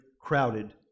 crowded